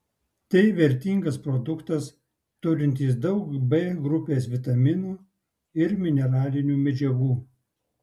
tai vertingas produktas turintis daug b grupės vitaminų ir mineralinių medžiagų